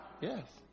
Yes